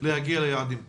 להגיע ליעדים כאלה.